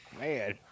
Man